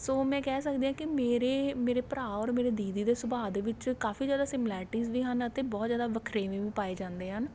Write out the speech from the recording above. ਸੋ ਮੈਂ ਕਹਿ ਸਕਦੀ ਹਾਂ ਕੇ ਮੇਰੇ ਮੇਰੇ ਭਰਾ ਔਰ ਮੇਰੇ ਦੀਦੀ ਦੇ ਸੁਭਾਅ ਦੇ ਵਿੱਚ ਕਾਫੀ ਜ਼ਿਆਦਾ ਸਿਮਲੈਰਟੀਜ਼ ਵੀ ਹਨ ਅਤੇ ਬਹੁਤ ਜ਼ਿਆਦਾ ਵਖਰੇਵੇਂ ਵੀ ਪਾਏ ਜਾਂਦੇ ਹਨ